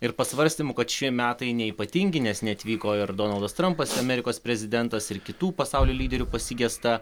ir pasvarstymų kad šie metai ne ypatingi nes neatvyko ir donaldas trampas amerikos prezidentas ir kitų pasaulio lyderių pasigesta